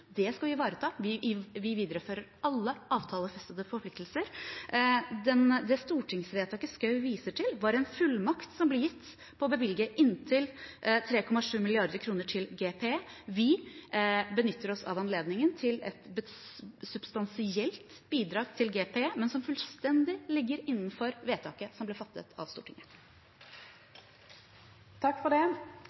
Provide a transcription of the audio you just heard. Det skal vi ivareta. Vi viderefører alle avtalefestede forpliktelser. Det stortingsvedtaket Schou viser til, var en fullmakt som ble gitt til å bevilge inntil 3,7 mrd. kr til GPE. Vi benytter oss av anledningen til et substansielt bidrag til GPE, men som fullstendig ligger innenfor vedtaket som ble fattet av Stortinget.